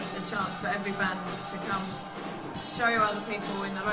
and chance for every band to come show other people in